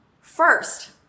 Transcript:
First